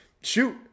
Shoot